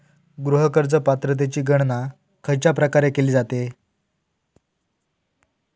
गृह कर्ज पात्रतेची गणना खयच्या प्रकारे केली जाते?